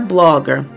Blogger